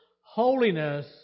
holiness